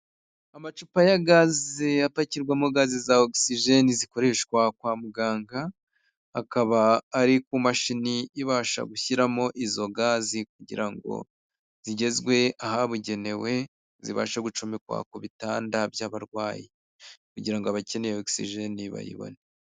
Amacupa ya gaze, apakirwamo gazi za ogisijene zikoreshwa kwa muganga, akaba ari ku mashini ibasha gushyiramo izo gazi, kugira ngo zigezwe ahabugenewe, zibashe gucomekwa ku bitanda by'abarwayi, kugira ngo abakeneye ogisijene bayibone.